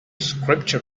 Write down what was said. scripture